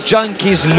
Junkies